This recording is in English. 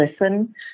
listen